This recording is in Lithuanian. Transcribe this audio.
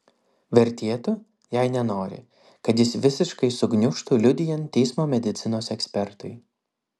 vertėtų jei nenori kad jis visiškai sugniužtų liudijant teismo medicinos ekspertui